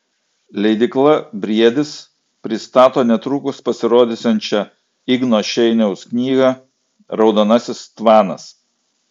leidykla briedis pristato netrukus pasirodysiančią igno šeiniaus knygą raudonasis tvanas